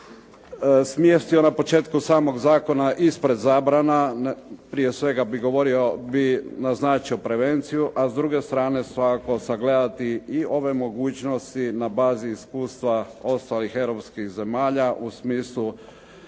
smjestio na početku samog zakona ispred zabrana. Prije svega bih naznačio prevenciju, a s druge strane svakako sagledati i ove mogućnosti na bazi iskustva ostalih europskih zemalja u smislu